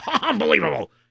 unbelievable